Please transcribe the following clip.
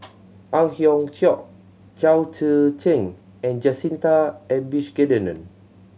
Ang Hiong Chiok Chao Tzee Cheng and Jacintha Abisheganaden